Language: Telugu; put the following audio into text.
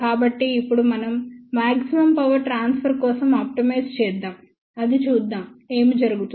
కాబట్టి ఇప్పుడు మనం మాక్సిమమ్ పవర్ ట్రాన్స్ఫర్ కోసం ఆప్టిమైజ్ చేద్దాం అది చూద్దాం ఏమి జరుగుతుంది